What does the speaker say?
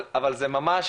אבל זה ממש